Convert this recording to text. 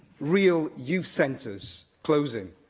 real youth centres closing,